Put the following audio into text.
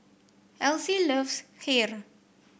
Else loves Kheer